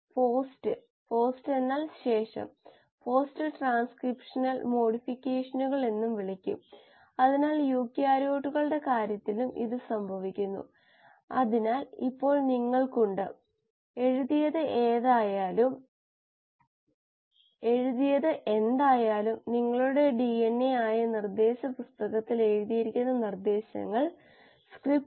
വാഷ out സംഭവിക്കുന്നതിനുമുമ്പ് നമ്മൾ നിർണായക ഡില്യൂഷൻ റേറ്റ് അറിഞ്ഞു ഒരു കീമോസ്റ്റാറ്റിൽ കോശ ഉൽപാദനക്ഷമതയ്ക്കായി ഒരു സമവാക്യവും അറിഞ്ഞു അതിനെ ബാച്ച് ബയോറിയാക്റ്റർ ഉൽപാദനക്ഷമതയുമായി താരതമ്യം ചെയ്തു